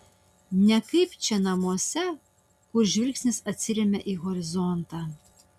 ne kaip čia namuose kur žvilgsnis atsiremia į horizontą